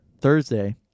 thursday